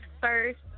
First